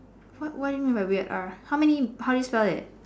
what what do you mean weird R how many how do you said it